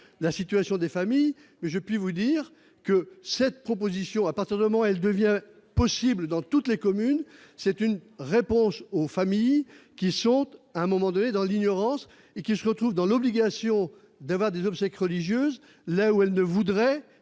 la situation des familles mais je puis vous dire que cette proposition, à partir du moment elle devient possible dans toutes les communes, c'est une réponse aux familles qui saute à un moment donné dans l'ignorance et qui, je le trouve dans l'obligation d'avoir des obsèques religieuses, là où elle ne voudrait